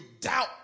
doubt